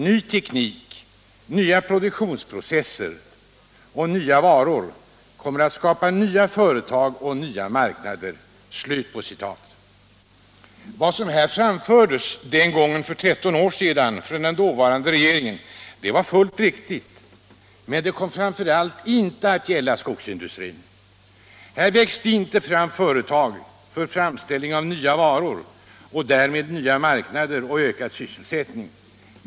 Ny teknik, nya produktionsprocesser och nya varor kommer att skapa nya företag och nya marknader.” Vad som sålunda framfördes för 13 år sedan av den dåvarande regeringen var fullt riktigt men kom framför allt inte att gälla skogsindustrin. Här växte inte fram företag för framställning av nya varor och därmed nya marknader och ökad sysselsättning.